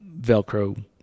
Velcro